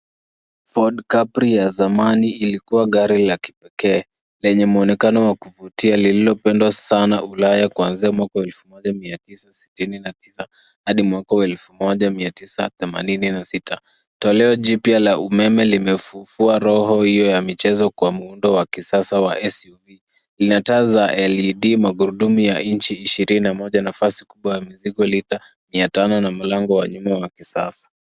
Ford Capri ya zamani ilikuwa gari la kipekee lenye muonekano wa kuvutia lililopendwa sana ulaya kuanzia mwaka wa elfu moja mia tisa sitini na tisa hadi mwaka wa elfu moja mia tisa themanini na sita. Toleo jipya la umeme limefufua roho hio ya michezo kwa muundo wa kisasa wa SUV. Lina taa za LED, magurudumu ya inchi ishirini na moja, nafasi kubwa ya mizigo, lita mia tano na mlango wa nyuma wa kisasa.